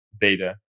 data